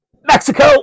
Mexico